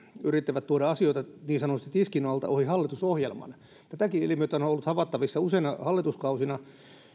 yrittävät tuoda asioita niin sanotusti tiskin alta ohi hallitusohjelman tätäkin ilmiötä on on ollut havaittavissa useina hallituskausina